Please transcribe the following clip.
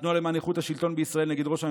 התנועה למען איכות השלטון בישראל נגד ראש הממשלה,